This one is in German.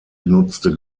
genutzte